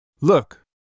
look